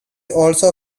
also